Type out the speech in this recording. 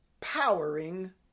Powering